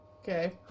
okay